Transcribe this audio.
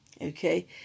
okay